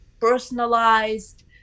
personalized